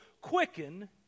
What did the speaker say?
quicken